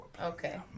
Okay